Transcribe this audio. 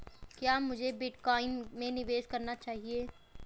क्या मुझे बिटकॉइन में निवेश करना चाहिए?